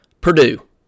Purdue